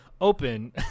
Open